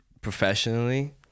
professionally